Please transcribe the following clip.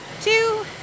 two